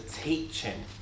teaching